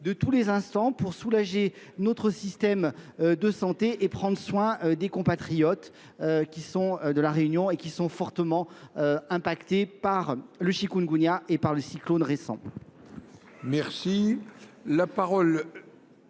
de tous les instants pour soulager notre système de santé et prendre soin des compatriotes qui sont de la Réunion et qui sont fortement impactés par le chikungunya et par le cyclone récent.